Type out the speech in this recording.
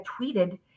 tweeted